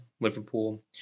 Liverpool